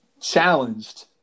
challenged